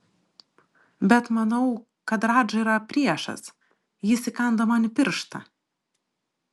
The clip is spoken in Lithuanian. bet manau kad radža yra priešas jis įkando man į pirštą